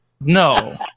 No